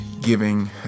giving